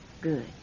Good